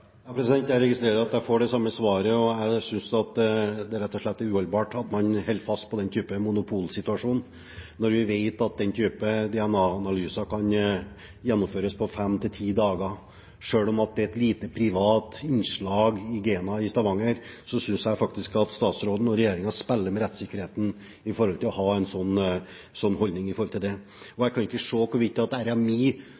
jeg registrerer at jeg får det samme svaret, og jeg synes det rett og slett er uholdbart at man holder fast ved en monopolsituasjon når vi vet at den type DNA-analyser kan gjennomføres på fem til ti dager. Selv om at det er et lite, privat innslag i GENA i Stavanger, synes jeg faktisk at statsråden og regjeringen spiller med rettssikkerheten når de har en sånn holdning. Jeg kan ikke se hvorvidt RMI gir noen større rettssikkerhet enn det